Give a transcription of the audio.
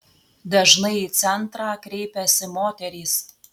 dažnai į centrą kreipiasi moterys